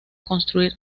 construir